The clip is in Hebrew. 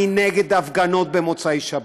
אני נגד הפגנות במוצאי שבת.